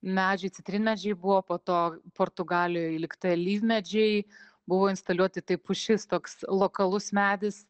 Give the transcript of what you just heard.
medžiai citrinmedžiai buvo po to portugalijoj lig tai alyvmedžiai buvo instaliuoti tai pušis toks lokalus medis